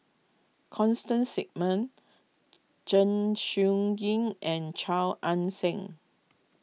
Constance Singam Zeng Shouyin and Chia Ann Siang